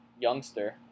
youngster